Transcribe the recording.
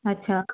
अच्छा